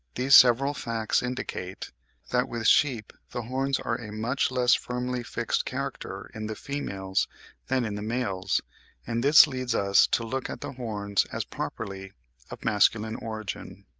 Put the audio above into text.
these several facts indicate that, with sheep, the horns are a much less firmly fixed character in the females than in the males and this leads us to look at the horns as properly of masculine origin.